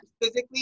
Physically